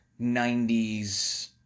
90s